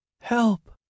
Help